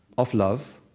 of love,